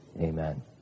Amen